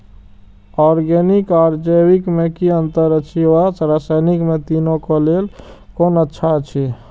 Organic आर जैविक में कि अंतर अछि व रसायनिक में तीनो क लेल कोन अच्छा अछि?